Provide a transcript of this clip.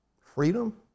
Freedom